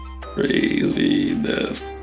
Craziness